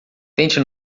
tente